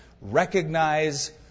Recognize